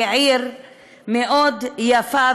שהיא עיר מאוד יפה,